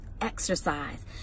Exercise